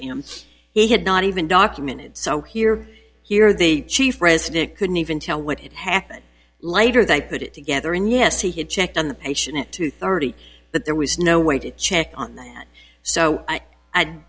him he had not even documented so here here the chief resnick couldn't even tell what it happened later they put it together and yes he had checked on the patient at two thirty that there was no way to check on that so i